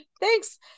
Thanks